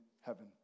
heaven